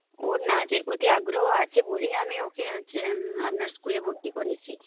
ওর নাচের প্রতি আগ্রহ আছে বলেই আমি ওকে হচ্ছে আপনার স্কুলে ভর্তি করেছি